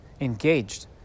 engaged